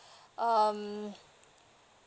um